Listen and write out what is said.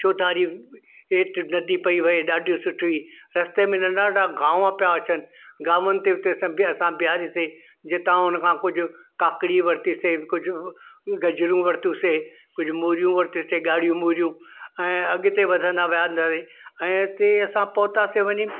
चौधारियूं हेठि नदी पई वहे ॾाढियूं सुठी रस्ते में न ॾाढा गांव पिया अचनि गांवनि ते उते असां बीहारीसीं जितां उनखां कुझु काकड़ी वरितीसीं कुझु गजरूं वरितियूंसीं कुझु मूरियूं वरितियूंसीं ॻाढ़ियूं मूरियूं ऐं अॻिते वधंदा वियांसीं ऐं हिते असां पहुंतासीं वञी